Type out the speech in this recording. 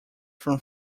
from